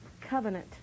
covenant